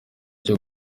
cyo